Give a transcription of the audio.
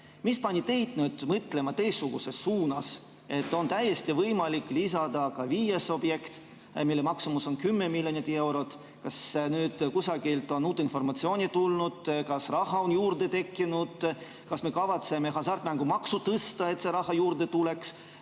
Mis pani teid nüüd mõtlema teistsuguses suunas, et on täiesti võimalik lisada ka viies objekt, mille maksumus on 10 miljonit eurot? Kas kusagilt on uut informatsiooni tulnud? Kas raha on juurde tekkinud? Kas me kavatseme hasartmängumaksu tõsta, et see raha juurde tuleks?